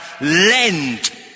lend